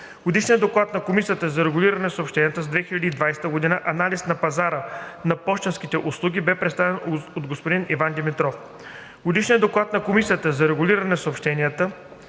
Годишният доклад на Комисията за регулиране на съобщенията за 2020 г. – „Анализ на пазара на пощенските услуги“, бе представен от господин Иван Димитров. Годишният доклад на Комисията за регулиране на съобщенията